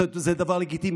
זאת אומרת, זה דבר לגיטימי.